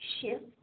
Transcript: shift